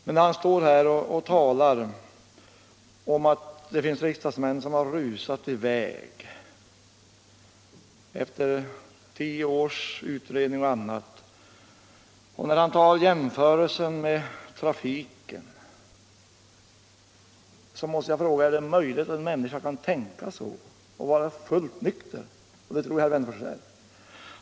Men när han står här och talar om att det finns riksdagsmän som rusar i väg efter tio års utredning och när han gör jämförelser med trafiken, då måste jag fråga: Är det möjligt att en människa kan tänka så och vara fullt nykter? Men det tror jag att herr Wennerfors är.